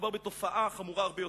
מדובר בתופעה חמורה הרבה יותר,